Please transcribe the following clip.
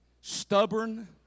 stubborn